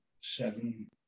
seven